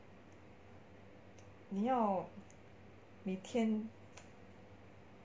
你要每天